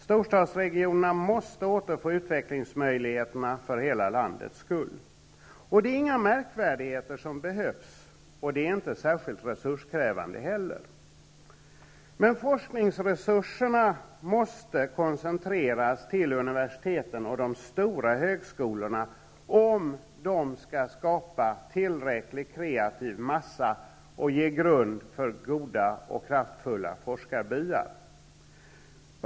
Storstadsregionerna måste åter få utvecklingsmöjligheter -- för hela landets skull. Det är inga märkvärdigheter som behövs, och de är inte särskilt resurskrävande heller. Forskningsresurserna måste koncentreras till universiteten och de stora högskolorna, om de skall skapa tillräcklig kreativ massa och ge grund för goda och kraftfulla forskarbyar.